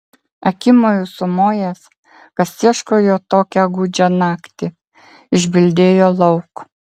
akimoju sumojęs kas ieško jo tokią gūdžią naktį išbildėjo lauk